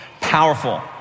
powerful